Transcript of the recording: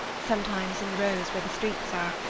sometimes in rows where the streets are,